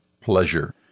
pleasure